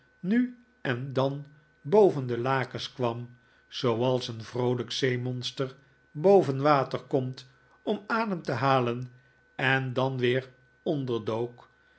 nu en dan boven de lakens kwam zooals een vroolijk zeemonster boven water komt om adem te halen en dan weer onderdook